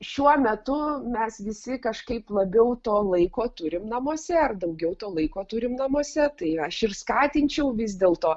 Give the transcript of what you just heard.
šiuo metu mes visi kažkaip labiau to laiko turim namuose ar daugiau to laiko turim namuose tai aš ir skatinčiau vis dėlto